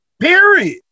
Period